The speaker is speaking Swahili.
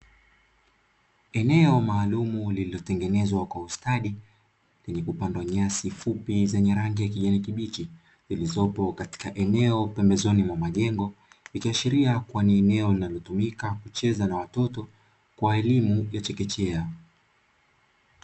Eneo maalumu lililotengenezwa kwa ustadi lenye kupandwa nyasi fupi zenye rangi ya kijani kibichi, zilizopo katika eneo pembezoni mwa majengo, ikiashiria kuwa ni eneo linalotumika kucheza na watoto kwa elimu ya chekechea.